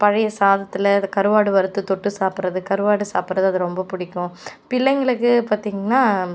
பழைய சாதத்தில் இந்த கருவாடு வறுத்து தொட்டு சாப்டுறது கருவாடு சாப்டுறது அது ரொம்ப பிடிக்கும் பிள்ளைங்களுக்கு பார்த்தீங்கன்னா